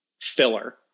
filler